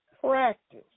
practice